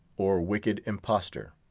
or wicked imposture.